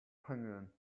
penguin